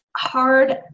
hard